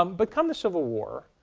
um but come the civil war,